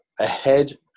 ahead